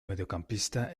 mediocampista